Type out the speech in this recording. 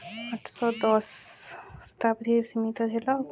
ଆଠଶହ ଦଶ ଶତାବ୍ଦୀ ସୀମିତ ହେଲା